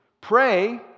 pray